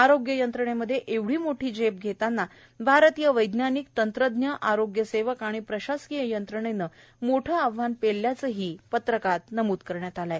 आरोग्य यंत्रणेमधे एवढी मोठी झेप घेताना भारतीय वैज्ञानिक तंत्रज्ञ आरोग्य सेवक आणि प्रशासकीय यंत्रणेनंही मोठं आव्हान पेलल्याचं या पत्रकात म्हटलं आहे